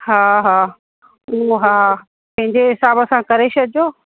हा हा उहो हा पहिंजे हिसाब सां करे छॾिजो